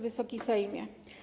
Wysoki Sejmie!